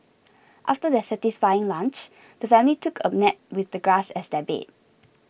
after their satisfying lunch the family took a nap with the grass as their bed